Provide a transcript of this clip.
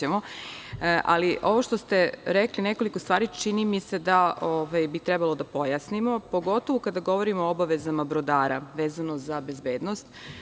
Nekoliko stvari koje ste rekli, čini mi se da bi trebalo da pojasnimo, pogotovo kada govorimo o obavezama brodara vezano za bezbednost.